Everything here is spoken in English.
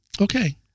Okay